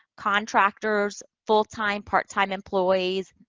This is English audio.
contractors, full-time, part-time employees,